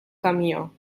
camió